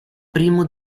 primo